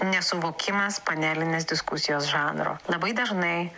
nesuvokimas panelinės diskusijos žanro labai dažnai